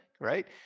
right